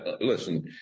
listen